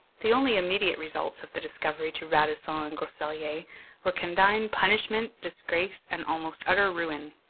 the only immediate results of the discovery to radisson and groseilliers were condign punishment, disgrace, and almost utter ruin.